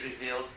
revealed